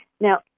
Now